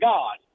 God